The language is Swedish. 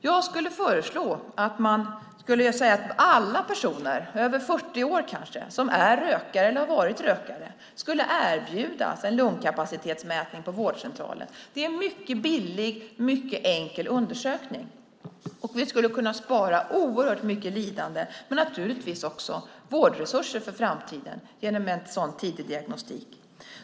Jag skulle vilja föreslå att man säger att alla personer, kanske över 40 år, som är eller som har varit rökare ska erbjudas en lungkapacitetsmätning på vårdcentralen. Det är en mycket billig och enkel undersökning. Oerhört mycket lidande skulle kunna förhindras. Naturligtvis skulle vi också spara vårdresurser för framtiden genom en sådan tidig diagnostik.